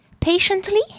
Patiently